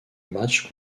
matchs